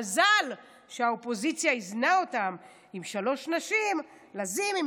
מזל שהאופוזיציה איזנה אותם עם שלוש נשים: לזימי,